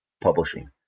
publishing